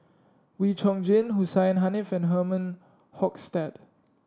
Wee Chong Jin Hussein Haniff and Herman Hochstadt